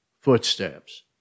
footsteps